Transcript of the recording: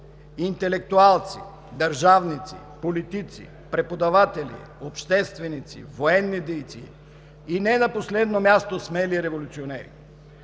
интелектуалци, държавници, политици, преподаватели, общественици, военни дейци и не на последно място – смели революционери.